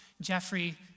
Jeffrey